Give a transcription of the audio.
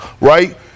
right